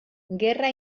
gerra